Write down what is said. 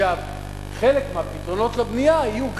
שחלק מהפתרונות לבנייה יהיו גם,